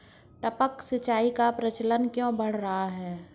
टपक सिंचाई का प्रचलन क्यों बढ़ रहा है?